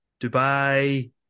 Dubai